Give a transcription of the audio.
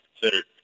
considered